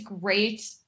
great